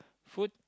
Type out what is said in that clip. food